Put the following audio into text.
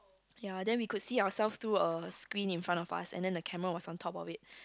ya then we could see ourselves through a screen in front of us and then the camera was on top of it